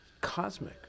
cosmic